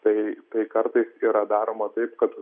tai tai kartais yra daroma taip kad